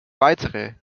weitere